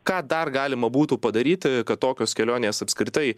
ką dar galima būtų padaryti kad tokios kelionės apskritai